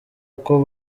uko